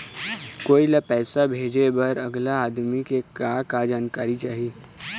कोई ला पैसा भेजे बर अगला आदमी के का का जानकारी चाही?